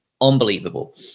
unbelievable